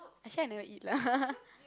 actually I never eat lah